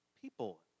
people